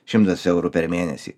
šimtas eurų per mėnesį